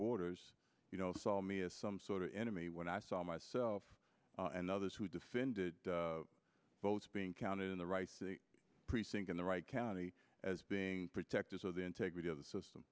borders you know saw me as some sort of enemy when i saw myself and others who defended votes being counted in the rice precinct in the right county as being protectors of the integrity of the system